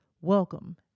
welcome